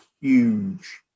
huge